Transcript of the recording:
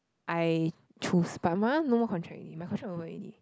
I choose but my one no more contract already my contract over already